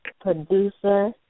producer